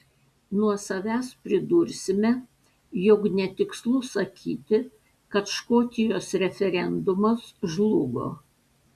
nuo savęs pridursime jog netikslu sakyti kad škotijos referendumas žlugo